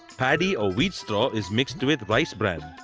paddy or wheat straw is mixed with rice bran,